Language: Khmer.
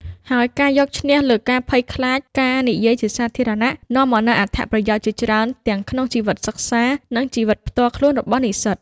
ហើយការយកឈ្នះលើការភ័យខ្លាចការនិយាយជាសាធារណៈនាំមកនូវអត្ថប្រយោជន៍ជាច្រើនទាំងក្នុងជីវិតសិក្សា និងជីវិតផ្ទាល់ខ្លួនរបស់និស្សិត។